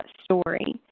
story